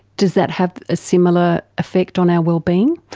does that have a similar effect on our well-being?